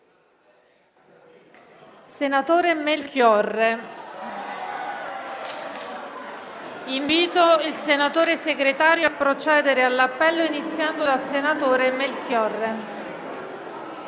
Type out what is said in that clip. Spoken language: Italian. senatore Melchiorre).* Invito il senatore Segretario a procedere all'appello, iniziando dal senatore Melchiorre.